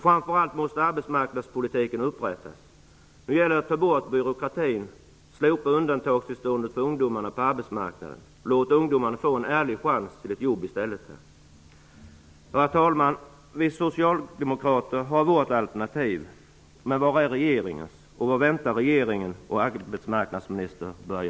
Framför allt måste arbetsmarknadspolitiken återupprättas. Det gäller att ta bort byråkratin. Slopa undantagstillståndet för ungdomarna på arbetsmarknaden, och låt ungdomarna få en ärlig chans till jobb i stället! Herr talman! Vi socialdemokrater har lagt fram våra förslag, men var är regeringens? Vad väntar regeringen och arbetsmarknadsminister Börje